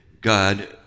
God